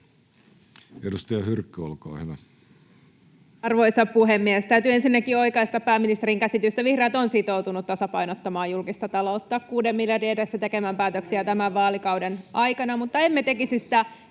Edustaja Hyrkkö, olkaa hyvä. Arvoisa puhemies! Täytyy ensinnäkin oikaista pääministerin käsitystä: vihreät ovat sitoutuneet tasapainottamaan julkista taloutta, kuuden miljardin edestä tekemään päätöksiä tämän vaalikauden aikana, [Ben Zyskowicz: